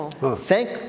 Thank